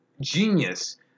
genius